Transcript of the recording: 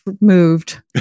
moved